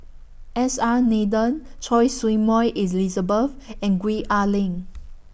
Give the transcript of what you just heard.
S R Nathan Choy Su Moi Elizabeth and Gwee Ah Leng